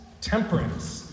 temperance